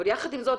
אבל יחד עם זאת,